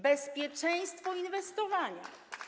Bezpieczeństwo inwestowania.